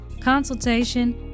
consultation